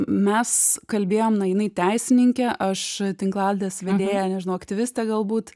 mes kalbėjom na jinai teisininkė aš tinklalaidės vedėja nežinau aktyvistė galbūt